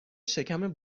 شکم